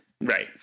right